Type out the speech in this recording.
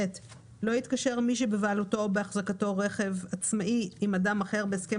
(ב)לא יתקשר מי שבבעלותו או בהחזקתו רכב עצמאי עם אדם אחר בהסכם